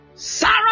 Sarah